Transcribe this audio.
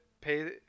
pay